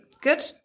Good